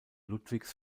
ludwigs